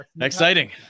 Exciting